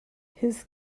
his